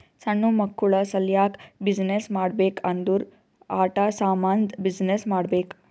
ಸಣ್ಣು ಮಕ್ಕುಳ ಸಲ್ಯಾಕ್ ಬಿಸಿನ್ನೆಸ್ ಮಾಡ್ಬೇಕ್ ಅಂದುರ್ ಆಟಾ ಸಾಮಂದ್ ಬಿಸಿನ್ನೆಸ್ ಮಾಡ್ಬೇಕ್